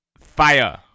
fire